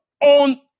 on